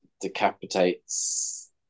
decapitates